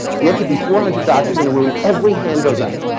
and it can be four hundred doctors in a room, every hand goes up.